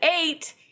eight